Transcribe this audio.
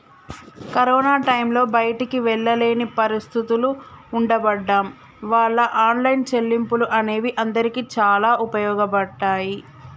corona టైంలో బయటికి వెళ్ళలేని పరిస్థితులు ఉండబడ్డం వాళ్ళ ఆన్లైన్ చెల్లింపులు అనేవి అందరికీ చాలా ఉపయోగపడ్డాయి